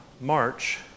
March